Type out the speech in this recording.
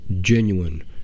genuine